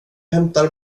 hämtar